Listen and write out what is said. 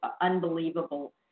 unbelievable